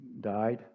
died